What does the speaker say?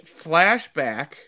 flashback